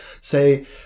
say